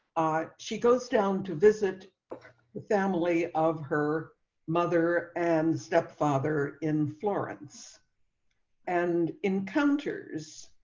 she goes down to visit family of her mother and stepfather in florence and encounters.